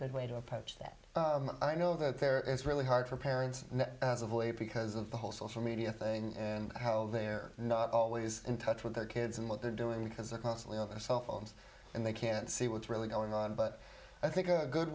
good way to approach that i know that there is really hard for parents because of the whole social media thing in how they're not always in touch with their kids and what they're doing because they're constantly on their cell phones and they can't see what's really going on but i think a good